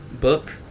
book